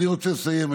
אני רוצה לסיים.